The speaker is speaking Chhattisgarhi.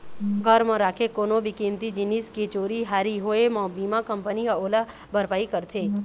घर म राखे कोनो भी कीमती जिनिस के चोरी हारी होए म बीमा कंपनी ह ओला भरपाई करथे